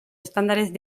estándares